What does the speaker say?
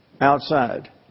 Outside